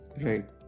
Right